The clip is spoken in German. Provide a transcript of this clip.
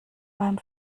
beim